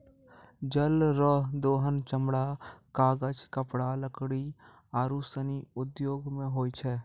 जल रो दोहन चमड़ा, कागज, कपड़ा, लकड़ी आरु सनी उद्यौग मे होय छै